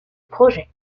projet